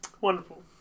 Wonderful